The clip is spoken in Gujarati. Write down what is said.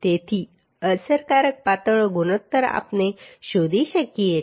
તેથી અસરકારક પાતળો ગુણોત્તર આપણે શોધી શકીએ છીએ